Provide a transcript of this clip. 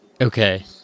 okay